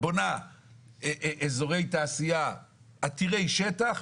בונה אזורי תעשייה עתירי שטח